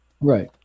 Right